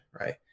right